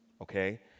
okay